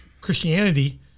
Christianity